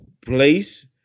place